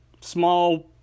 small